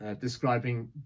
describing